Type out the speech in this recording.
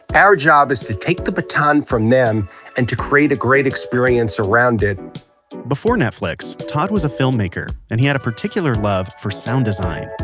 our job is to take the baton from them and to create a great experience around it before netflix todd was a filmmaker and he had a particular love for sound design.